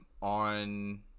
on